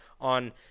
on –